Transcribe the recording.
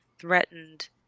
threatened